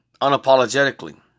unapologetically